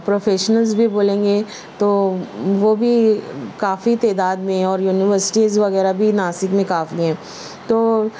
professionals بھی بولیں گے تو وہ بھی کافی تعداد میں اور یونیورسٹیز وغیرہ بھی ناسک میں کافی ہیں تو